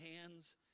hands